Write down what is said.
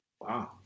Wow